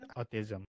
autism